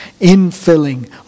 infilling